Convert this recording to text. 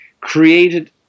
created